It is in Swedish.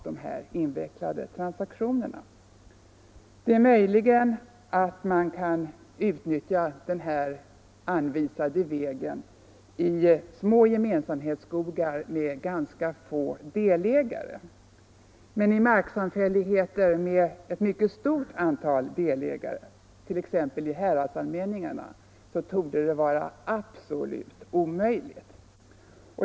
Det är möjligt att man kan utnyttja den här anvisade vägen i små gemensamhetsskogar med ganska få delägare. Men i marksamfälligheter med ett mycket stort antal delägare, t.ex. i häradsallmänningarna, torde det vara absolut omöjligt.